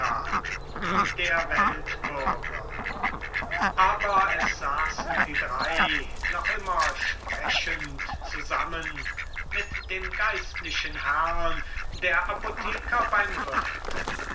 der weltbürger aber es saßen die drei noch immer sprechend zusammen mit dem geistlichen herrn der apotheker beim wirte